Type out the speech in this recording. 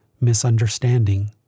misunderstanding